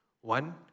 One